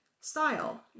style